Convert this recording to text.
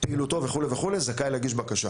פעילותו וכולי, זכאי להגיש בקשה.